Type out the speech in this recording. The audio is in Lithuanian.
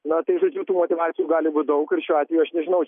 na tų motyvacijų gali būti daug ir šiuo atveju aš nežinau